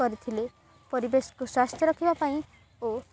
କରିଥିଲେ ପରିବେଶକୁ ସ୍ୱାସ୍ଥ୍ୟ ରଖିବା ପାଇଁ ଓ